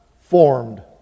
formed